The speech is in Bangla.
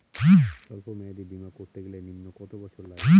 সল্প মেয়াদী বীমা করতে গেলে নিম্ন কত বছর লাগে?